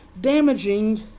damaging